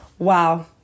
Wow